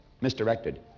misdirected